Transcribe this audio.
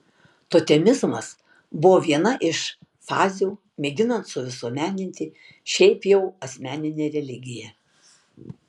totemizmas buvo viena iš fazių mėginant suvisuomeninti šiaip jau asmeninę religiją